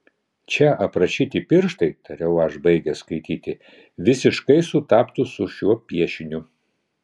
čia aprašyti pirštai tariau aš baigęs skaityti visiškai sutaptų su šiuo piešiniu